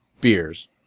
beers